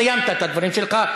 סיימת את הדברים שלך.